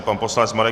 Pan poslanec Marek